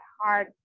hard